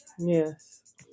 yes